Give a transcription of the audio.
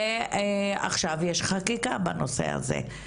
ועכשיו יש חקיקה בנושא הזה.